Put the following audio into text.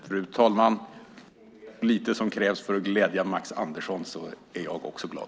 Fru talman! Är det så lite som krävs för att glädja Max Andersson är jag också glad.